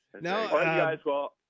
no